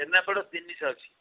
ଛେନାପୋଡ଼ ତିନିଶହ ଅଛି